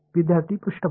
विद्यार्थीः पृष्ठभाग